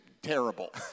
Terrible